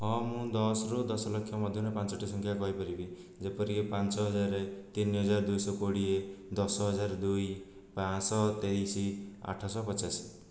ହଁ ମୁଁ ଦଶରୁ ଦଶ ଲକ୍ଷ ମଧ୍ୟରେ ପାଞ୍ଚଟି ସଂଖ୍ୟା କହିପାରିବି ଯେପରିକି ପାଞ୍ଚ ହଜାର ତିନି ହଜାର ଦୁଇଶହ କୋଡ଼ିଏ ଦଶହଜାର ଦୁଇ ପାଞ୍ଚ ଶହ ତେଇଶ ଆଠଶହ ପଚାଶ